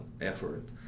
effort